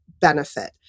benefit